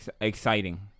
exciting